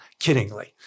kiddingly